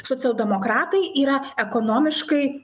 socialdemokratai yra ekonomiškai